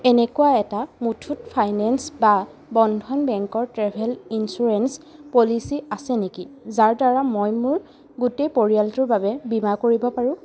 এনেকুৱা এটা মুথুত ফাইনেন্স বা বন্ধন বেংকৰ ট্ৰেভেল ইঞ্চুৰেন্স পলিচী আছে নেকি যাৰদ্বাৰা মই মোৰ গোটেই পৰিয়ালটোৰ বাবে বীমা কৰিব পাৰোঁ